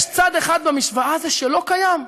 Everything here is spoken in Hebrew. יש צד אחד במשוואה הזו שלא קיים: